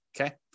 okay